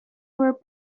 were